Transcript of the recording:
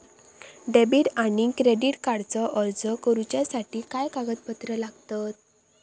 Debit आणि credit कार्डचो अर्ज करुच्यासाठी काय कागदपत्र लागतत?